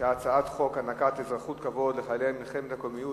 חוק הענקת אזרחות כבוד לחללי מלחמת הקוממיות,